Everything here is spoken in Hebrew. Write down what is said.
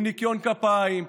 עם ניקיון כפיים,